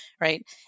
right